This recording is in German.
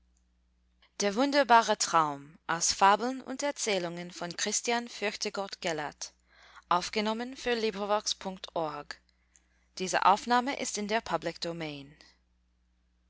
gutenberg projekt-de fabeln und erzählungen christian